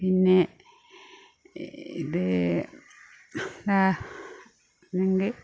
പിന്നെ ഇത് വേണ്ടി